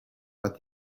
but